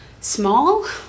small